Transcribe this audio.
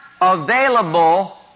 available